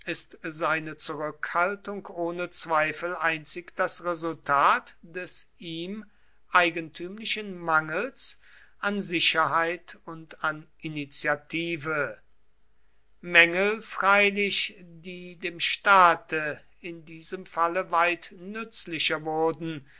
seine zurückhaltung ohne zweifel einzig das resultat des ihm eigentümlichen mangels an sicherheit und an initiative mängel freilich die dem staate in diesem falle weit nützlicher wurden